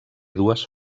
dues